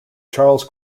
charles